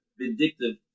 vindictive